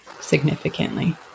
significantly